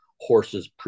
horses